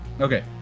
okay